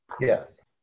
Yes